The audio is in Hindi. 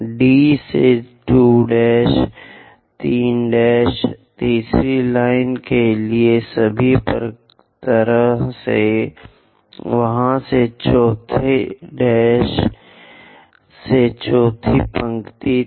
डी से 2 3 तीसरी लाइन के लिए सभी तरह से वहां से 4 से चौथी पंक्ति तक